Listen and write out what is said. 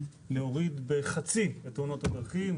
להוריד בחצי את תאונות הדרכים,